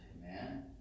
Amen